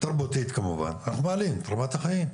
תרבותית כמובן ואנחנו מעלים את רמת החיים.